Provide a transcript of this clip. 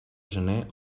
gener